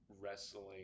wrestling